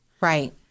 Right